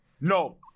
No